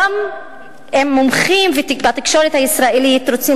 גם אם מומחים והתקשורת הישראלית רוצים